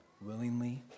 willingly